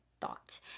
thought